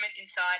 inside